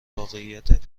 واقعیت